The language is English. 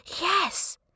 Yes